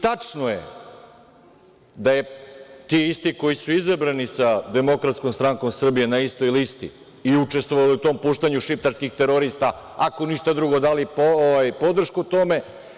Tačno je da su ti isti koji su izabrani sa DSS na istoj listi i učestvovali su u tom puštanju šiptarskih terorista, ako ništa drugo, dali podršku tome.